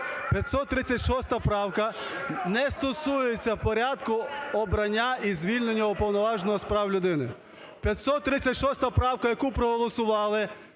536 правка не стосується порядку обрання і звільнення Уповноваженого з прав людини. 536 правка, яку проголосували,